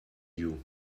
you